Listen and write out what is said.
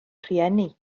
rhieni